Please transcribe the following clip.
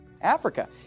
Africa